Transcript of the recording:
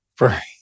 Right